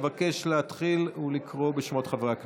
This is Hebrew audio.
אבקש להתחיל לקרוא בשמות חברי הכנסת.